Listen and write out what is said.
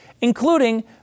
including